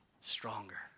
stronger